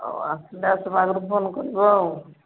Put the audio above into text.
ଆଉ ଆସିଲେ ଆସିବା ଆଗରୁ ଫୋନ କରିବ ଆଉ